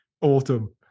autumn